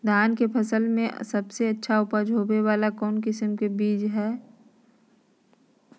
धान के फसल में सबसे अच्छा उपज होबे वाला कौन किस्म के बीज हय?